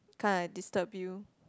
come and disturb you